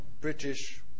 British